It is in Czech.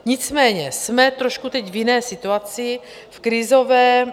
Nicméně jsme trošku teď v jiné situaci, v krizové.